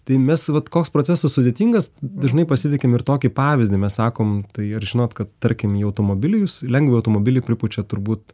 tai mes vat koks procesas sudėtingas dažnai pasitikim ir tokį pavyzdį mes sakom tai ar žinot kad tarkim į automobilį jūs lengvą automobilį pripučiat turbūt